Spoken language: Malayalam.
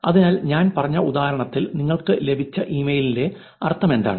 അതിനാൽ ഞാൻ പറഞ്ഞ ഉദാഹരണത്തിൽ നിങ്ങള്ക്ക് ലഭിച്ച ഇമെയിലിന്റെ അർത്ഥമെന്താണ്